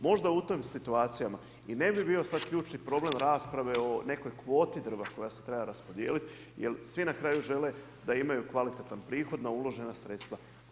Možda u tim situacijama i ne bi bio sad ključni problem rasprave o nekoj kvoti drva koja se treba raspodijeliti jer svi na kraju žele da imaju kvalitetan prihod na uložena sredstva.